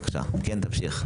בבקשה, כן, תמשיך.